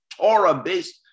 Torah-based